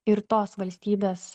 ir tos valstybės